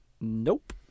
Nope